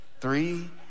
Three